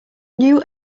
new